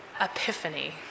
epiphany